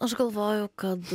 aš galvoju kad